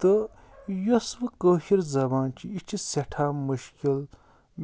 تہٕ یۅس وۅنۍ کٲشِر زبان چھِ یہِ چھِ سٮ۪ٹھاہ مُشکِل